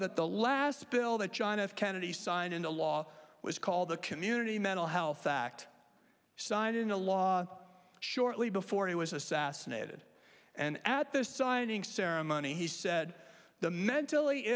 that the last bill that john f kennedy signed into law was called the community mental health act signed into law shortly before he was assassinated and at the signing ceremony he said the mentally